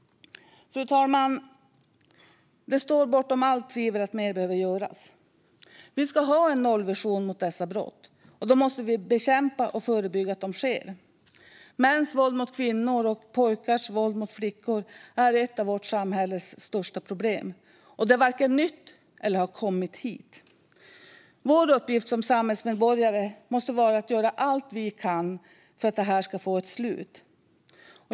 Fru talman! Det står bortom allt tvivel att mer behöver göras. Vi ska ha en nollvision mot dessa brott. Då måste vi bekämpa och förebygga att de sker. Mäns våld mot kvinnor och pojkars våld mot flickor är ett av vårt samhälles största problem. Det är inget som vare sig är nytt eller har kommit hit. Vår uppgift som samhällsmedborgare måste vara att göra allt vi kan för att det ska få ett slut.